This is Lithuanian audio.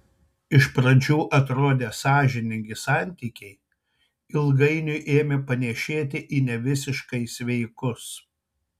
iš pradžių atrodę sąžiningi santykiai ilgainiui ėmė panėšėti į nevisiškai sveikus